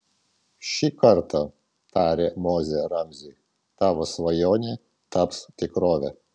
šį kartą tarė mozė ramziui tavo svajonė taps tikrove